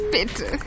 Bitte